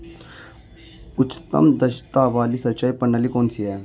उच्चतम दक्षता वाली सिंचाई प्रणाली कौन सी है?